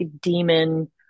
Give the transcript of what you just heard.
demon